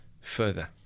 further